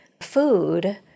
food